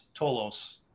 Tolos